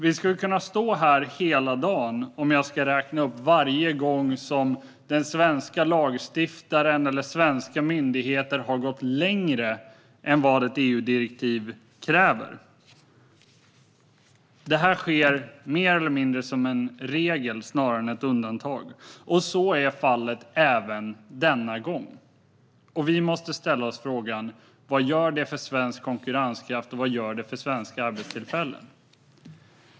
Vi skulle kunna stå här hela dagen om jag ska räkna upp varje gång som den svenska lagstiftaren eller svenska myndigheter har gått längre än vad ett EU-direktiv kräver. Att så sker är mer regel än undantag. Så är fallet även denna gång, och vi måste ställa oss frågan: Vad innebär det för svensk konkurrenskraft och svenska arbetstillfällen?